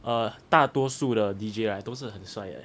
err 大多数的 D_J right 都是很帅诶